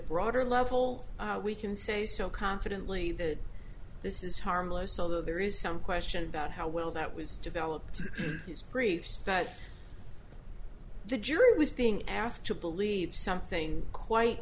broader level we can say so confidently that this is harmless although there is some question about how well that was developed his briefs that the jury was being asked to believe something quite